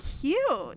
cute